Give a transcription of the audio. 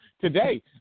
today